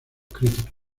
críticos